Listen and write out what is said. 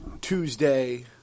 Tuesday